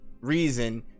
reason